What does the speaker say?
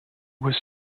was